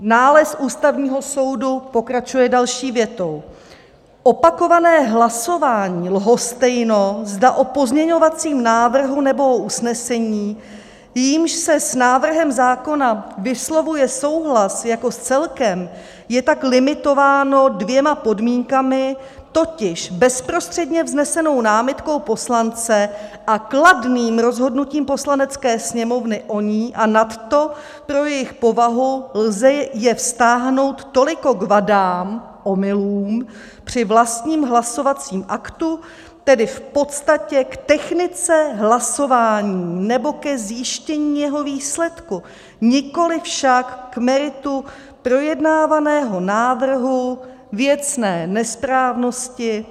Nález Ústavního soudu pokračuje další větou: Opakované hlasování, lhostejno, zda o pozměňovacím návrhu nebo usnesení, jímž se s návrhem zákona vyslovuje souhlas jako s celkem, je tak limitováno dvěma podmínkami, totiž bezprostředně vznesenou námitkou poslance a kladným rozhodnutím Poslanecké sněmovny o ní, a nadto pro jejich povahu lze je vztáhnout toliko k vadám, omylům, při vlastním hlasovacím aktu, tedy v podstatě k technice hlasování nebo ke zjištění jeho výsledku, nikoli však k meritu projednávaného návrhu věcné nesprávnosti.